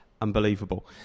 unbelievable